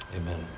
Amen